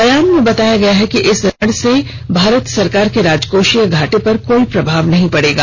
बयान में बताया गया है कि इस ऋण से भारत सरकार के राजकोषीय घाटे पर कोई प्रभाव नहीं पडेगा